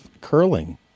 curling